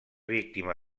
víctima